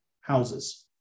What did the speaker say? houses